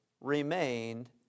remained